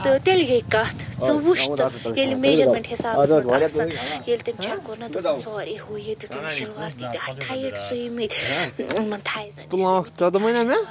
تہٕ تیٚلہِ گٔے کَتھ ژٕ وُچھ تہٕ ییٚلہِ میجرمیٚنٛٹ حِسابَس منٛز آسیٚن ییٚلہِ تٔمۍ چیٛک کوٚر نا دوٚپُن سواری ہو یہِ شَلوار تِتیٛاہ ٹایِٹ سُیمٕتۍ ٲں یِمن تھایزن